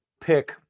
pick